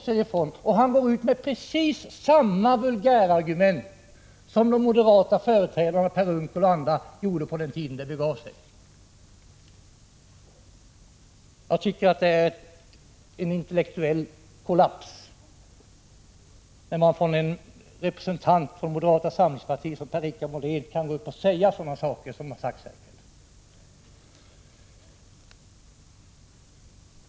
Han bortser från den och går ut med precis samma vulgärargument som de moderata företrädarna, Per Unckel och andra, gjorde på den tiden det begav sig. Jag tycker att det är en intellektuell kollaps när en representant från moderata samlingspartiet, som Per-Richard Molén, kan gå upp och säga sådana saker som har sagts här i kväll.